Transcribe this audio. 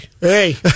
Hey